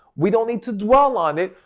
we don't need to dwell on it,